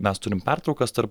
mes turim pertraukas tarp